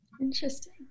Interesting